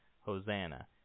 Hosanna